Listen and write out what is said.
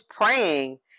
praying